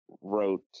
wrote